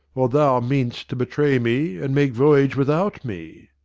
or thou mean'st to betray me and make voyage without me.